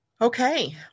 Okay